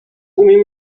umiem